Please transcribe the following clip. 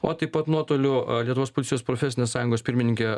o taip pat nuotoliu lietuvos policijos profesinės sąjungos pirmininkė